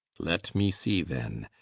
let me see then,